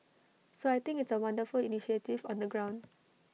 so I think it's A wonderful initiative on the ground